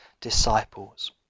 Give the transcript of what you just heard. disciples